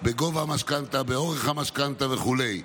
בגובה המשכנתה, באורך המשכנתה וכו'.